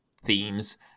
themes